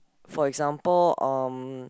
for example um